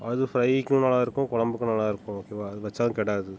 அது ஃப்ரைக்கும் நல்லா இருக்கும் குழம்புக்கும் நல்லா இருக்கும் ஓகேவா அது வச்சாலும் கெடாது